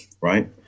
right